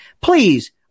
please